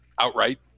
outright